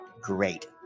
great